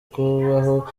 kubaho